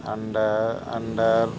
അണ്ടാ under